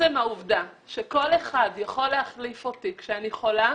עצם העובדה שכל אחד יכול להחליף אותי כשאני חולה,